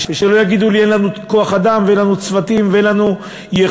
ושלא יגידו לי: אין לנו כוח-אדם ואין לנו צוותים ואין לנו יכולת,